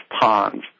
ponds